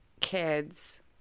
kids